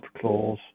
clause